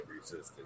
resisted